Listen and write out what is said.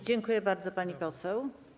Dziękuję bardzo, pani poseł.